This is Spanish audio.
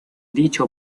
dicho